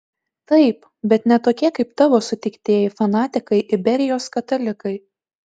taip bet ne tokie kaip tavo sutiktieji fanatikai iberijos katalikai